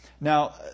Now